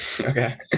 okay